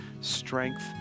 strength